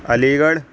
علی گڑھ